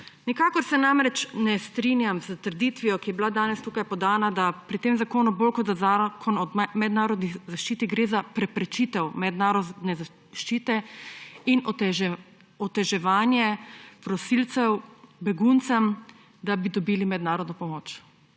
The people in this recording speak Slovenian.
Nikakor se namreč ne strinjam s trditvijo, ki je bila danes tukaj podana, da gre pri tem zakonu bolj kot za zakon o mednarodni zaščiti za preprečitev mednarodne zaščite in oteževanje prosilcem – beguncem, da bi dobili mednarodno pomoč.